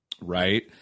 Right